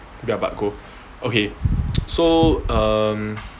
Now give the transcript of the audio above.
ya but go okay so um